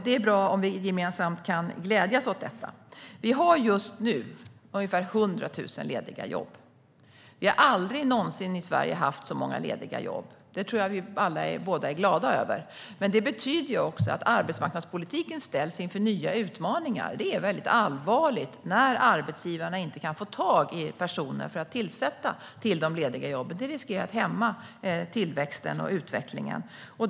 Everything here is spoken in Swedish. Det är bra om vi gemensamt kan glädjas åt detta. Vi har just nu ungefär 100 000 lediga jobb. Vi har aldrig någonsin i Sverige haft så många lediga jobb - det tror jag att vi båda är glada över - men det betyder också att arbetsmarknadspolitiken ställs inför nya utmaningar. Det är allvarligt när arbetsgivarna inte kan få tag i personer för att tillsätta de lediga jobben, för det riskerar att hämma tillväxten och utvecklingen.